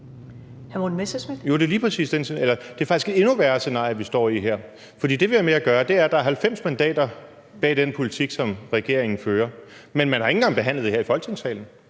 det er faktisk et endnu værre scenarie, vi står i her. For det, vi har med at gøre, er, at der er 90 mandater bag den politik, som regeringen fører, men man har ikke engang behandlet det her i Folketingssalen.